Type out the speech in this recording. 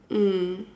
mm